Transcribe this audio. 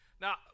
Now